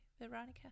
Veronica